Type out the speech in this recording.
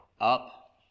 up